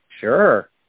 Sure